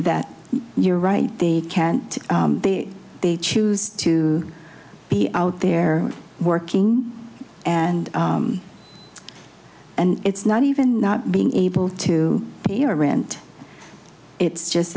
that you're right they can't they choose to be out there working and and it's not even not being able to pay our rent it's just